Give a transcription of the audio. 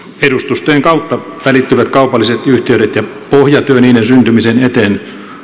edustustojen kautta välittyvät kaupalliset yhteydet ja pohjatyö niiden syntymisen eteen